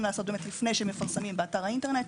לעשות לפני שמפרסמים באתר האינטרנט,